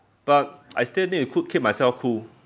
but I still need to coo~ keep myself cool